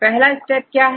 पहला स्टेप क्या है